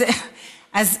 אז מה,